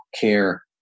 care